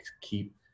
keep